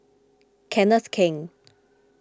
Kenneth Keng